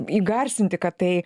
įgarsinti kad tai